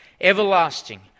everlasting